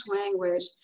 language